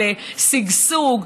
על שגשוג,